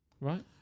Right